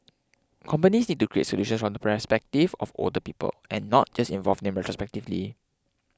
companies need to create solutions from the perspective of older people and not just involve them retrospectively